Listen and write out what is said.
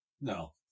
No